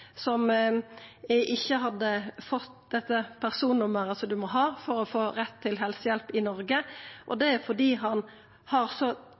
som ikkje hadde fått personnummeret ein må ha for å få rett til helsehjelp i Noreg, og det er fordi han har så